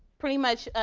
pretty much,